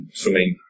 swimming